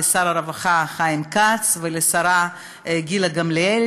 לשר הרווחה חיים כץ ולשרה גילה גמליאל